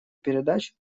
передач